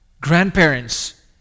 grandparents